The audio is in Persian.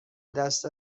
دست